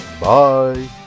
bye